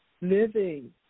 living